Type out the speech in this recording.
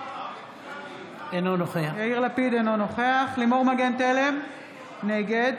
אינו נוכח לימור מגן תלם, נגד